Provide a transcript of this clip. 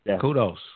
Kudos